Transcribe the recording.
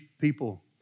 people